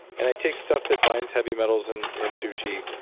and i take stuff that binds heavy metals and and sushi.